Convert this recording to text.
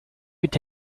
could